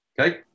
Okay